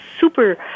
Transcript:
super